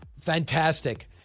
Fantastic